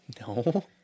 No